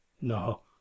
No